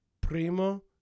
primo